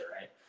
right